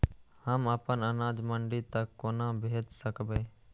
हम अपन अनाज मंडी तक कोना भेज सकबै?